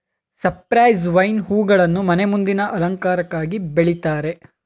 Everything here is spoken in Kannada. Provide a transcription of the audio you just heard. ಸೈಪ್ರೆಸ್ ವೈನ್ ಹೂಗಳನ್ನು ಮನೆ ಮುಂದಿನ ಅಲಂಕಾರಕ್ಕಾಗಿ ಬೆಳಿತಾರೆ